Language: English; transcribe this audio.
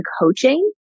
coaching